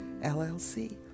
LLC